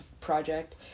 Project